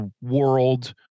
world